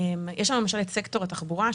יש למשל את סקטור התחבורה,